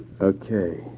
okay